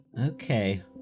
Okay